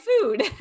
food